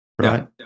right